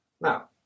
Now